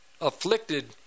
afflicted